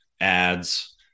ads